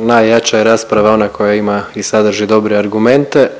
Najjača je rasprava ona koja ima i sadrži dobre argumente